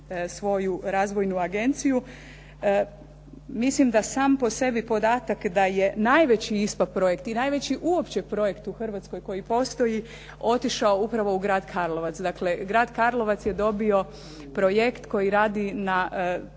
svoju razvojnu agenciju, mislim da sam po sebi podatak da je najveći ISPO projekt, i najveći uopće projekt u Hrvatskoj koji postoji otišao upravo u grad Karlovac. Dakle, grad Karlovac je dobio projekt koji radi na